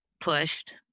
pushed